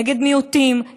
נגד מיעוטים,